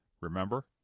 remember